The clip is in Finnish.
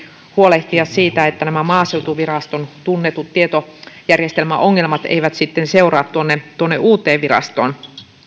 huolehtia siitä että nämä maaseutuviraston tunnetut tietojärjestelmäongelmat eivät seuraa tuonne tuonne uuteen virastoon